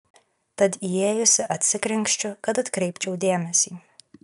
tad įėjusi atsikrenkščiu kad atkreipčiau dėmesį